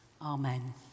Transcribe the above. Amen